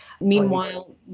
Meanwhile